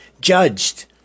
judged